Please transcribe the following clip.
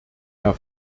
herr